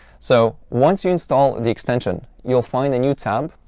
so once you install the extension, you'll find a new tab.